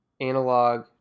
analog